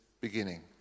beginning